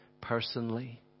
personally